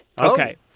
Okay